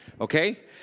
Okay